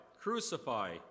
Crucify